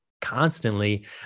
constantly